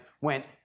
went